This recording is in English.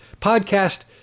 Podcast